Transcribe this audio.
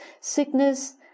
sickness